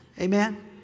Amen